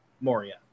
Moria